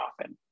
often